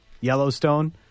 Yellowstone